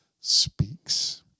speaks